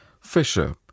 Fisher